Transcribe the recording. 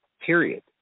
period